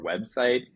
website